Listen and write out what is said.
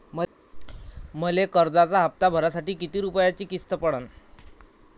मले कर्जाचा हप्ता भरासाठी किती रूपयाची किस्त पडन?